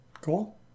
Cool